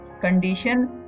condition